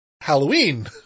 Halloween